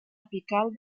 apical